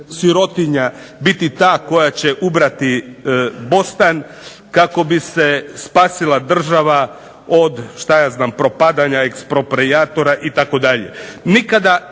sirotinja biti ta koja će ubrati bostan kako bi se spasila država od šta ja znam propadanja eksproprijatora itd. Nikada